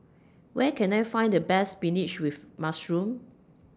Where Can I Find The Best Spinach with Mushroom